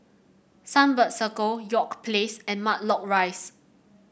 Sunbird Circle York Place and Matlock Rise